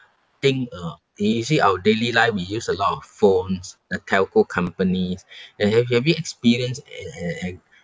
think uh you see our daily life we use a lot of phones the telco companies then have you have you experienced